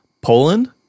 Poland